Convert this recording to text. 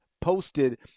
posted